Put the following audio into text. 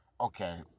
Okay